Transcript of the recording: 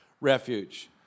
refuge